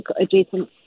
adjacent